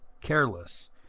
careless